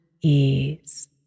ease